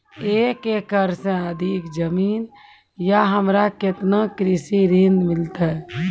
एक एकरऽ से अधिक जमीन या हमरा केतना कृषि ऋण मिलते?